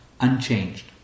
unchanged